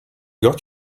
got